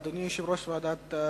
אדוני יושב-ראש ועדת החינוך,